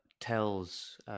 tells